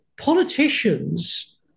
Politicians